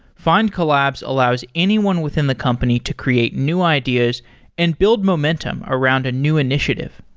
findcollabs allows anyone within the company to create new ideas and build momentum around a new initiative.